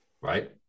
right